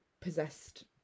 possessed